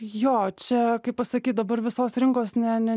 jo čia kaip pasakyt dabar visos rinkos ne ne